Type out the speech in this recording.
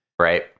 Right